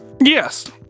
Yes